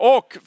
Och